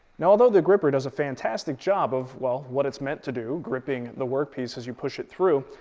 now although the grr-ripper does a fantastic job of, well, what it's meant to do, gripping the work piece as you push it through,